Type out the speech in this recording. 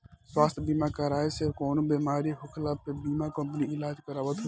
स्वास्थ्य बीमा कराए से कवनो बेमारी होखला पे बीमा कंपनी इलाज करावत हवे